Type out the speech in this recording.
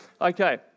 Okay